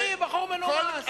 אני בחור מנומס.